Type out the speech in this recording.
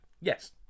yes